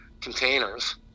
containers